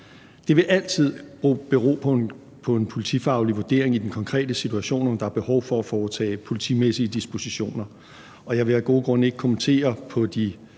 Det vil altid bero på en politifaglig vurdering i den konkrete situation, om der er behov for at foretage politimæssige dispositioner, og jeg vil af gode grunde ikke kommentere på de